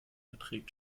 beträgt